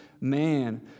man